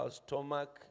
stomach